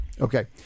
Okay